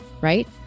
right